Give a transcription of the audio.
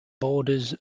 borders